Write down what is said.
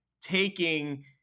taking